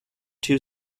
two